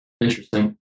interesting